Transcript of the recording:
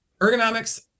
Ergonomics